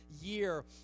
year